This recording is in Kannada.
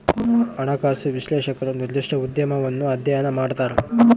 ಹಣಕಾಸು ವಿಶ್ಲೇಷಕರು ನಿರ್ದಿಷ್ಟ ಉದ್ಯಮವನ್ನು ಅಧ್ಯಯನ ಮಾಡ್ತರ